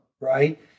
right